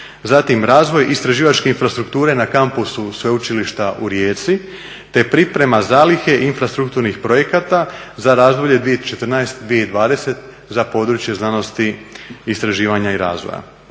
zatim razvoj istraživačke strukture na Kampusu Sveučilišta u Rijeci, te priprema zalihe infrastrukturnih projekata za razdoblje 2014.-2020.za područje znanosti, istraživanja i razvoja.